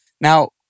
Now